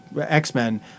X-Men